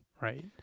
Right